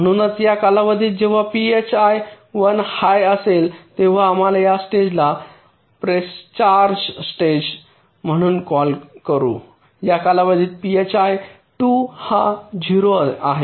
म्हणूनच या कालावधीत जेव्हा phi 1 हाय असेल तेव्हा आपण या स्टेजला प्रीचार्ज स्टेज म्हणून कॉल करु या कालावधीत phi 2 हा ० आहे